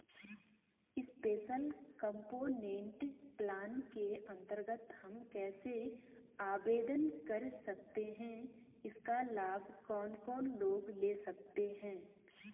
Special component plan के अन्तर्गत हम कैसे आवेदन कर सकते हैं इसका लाभ कौन कौन लोग ले सकते हैं?